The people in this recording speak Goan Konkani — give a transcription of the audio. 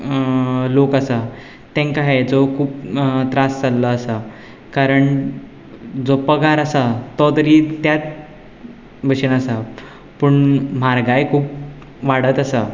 लोक आसा तांकां हाजो खूब त्रास जाल्लो आसा कारण जो पगार आसा तो तरी त्या भशेन आसा पूण म्हारगाय खूब वाडत आसा